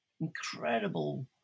incredible